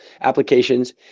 applications